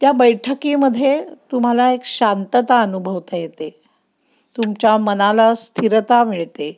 त्या बैठकीमध्ये तुम्हाला एक शांतता अनुभवता येते तुमच्या मनाला स्थिरता मिळते